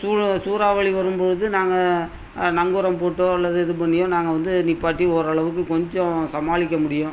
சூழல் சூறாவளி வரும்பொழுது நாங்கள் நங்கூரம் போட்டோ அல்லது இது பண்ணியோ நாங்கள் வந்து நிப்பாட்டி ஓரளவுக்கு கொஞ்சம் சமாளிக்க முடியும்